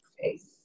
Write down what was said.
face